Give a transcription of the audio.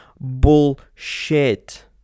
Bullshit